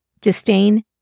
disdain